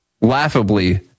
laughably